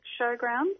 showground